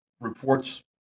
reports